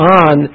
on